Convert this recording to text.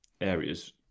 areas